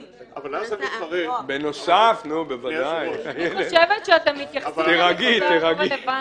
--- אני חושבת שאתם מתייחסים לדבר לא רלוונטי.